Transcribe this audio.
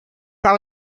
out